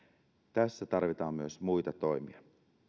tässä tarvitaan myös muita toimia